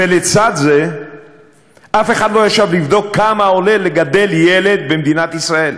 ולצד זה אף אחד לא ישב לבדוק כמה עולה לגדל ילד במדינת ישראל.